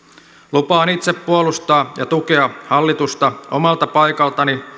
lupaan itse puolustaa ja tukea hallitusta omalta paikaltani